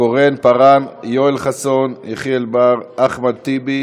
קורן, פארן, יואל חסון, יחיאל בר, אחמד טיבי